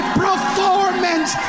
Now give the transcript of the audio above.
performance